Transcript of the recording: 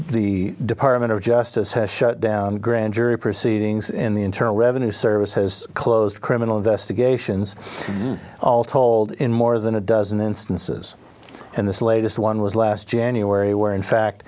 the department of justice has shut down grand jury proceedings in the internal revenue service has closed criminal investigations all told in more than a dozen instances and this latest one was last january where in fact